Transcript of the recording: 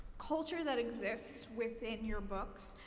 culture that exist within your books.